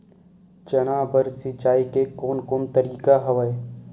चना बर सिंचाई के कोन कोन तरीका हवय?